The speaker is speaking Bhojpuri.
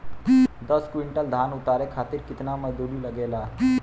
दस क्विंटल धान उतारे खातिर कितना मजदूरी लगे ला?